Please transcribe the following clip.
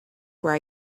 where